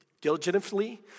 Diligently